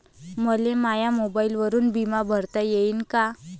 मले माया मोबाईलवरून बिमा भरता येईन का?